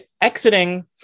exiting